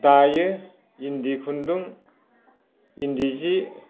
दायो इन्दि खुन्दुं इन्दि सि